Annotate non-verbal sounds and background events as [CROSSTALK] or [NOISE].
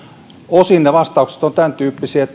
osin ne vastaukset ovat tämäntyyppisiä [UNINTELLIGIBLE]